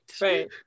right